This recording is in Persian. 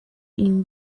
این